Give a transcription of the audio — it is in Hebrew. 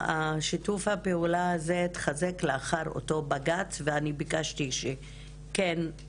שיתוף הפעולה הזה התחזק לאחר אותו הבג"ץ ואני ביקשתי שכן,